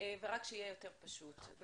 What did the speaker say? ורק שיהיה יותר פשוט.